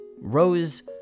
Rose